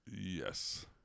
yes